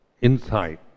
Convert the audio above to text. insight